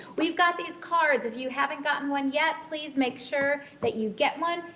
we've got these cards. if you haven't gotten one yet, please make sure that you get one.